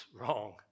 wrong